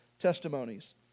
testimonies